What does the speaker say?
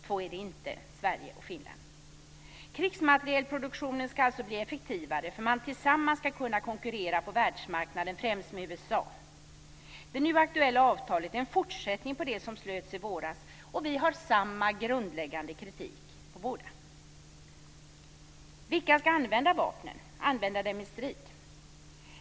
Två är det inte - Sverige och Finland. Krigsmaterielproduktionen ska alltså bli effektivare för att man tillsammans ska kunna konkurrera på världsmarknaden - främst med USA. Det nu aktuella avtalet är en fortsättning på det som slöts i våras. Vi har samma grundläggande kritik av båda avtalen. Vilka ska använda vapnen, dvs. använda dem i strid?